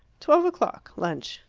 twelve o'clock. lunch.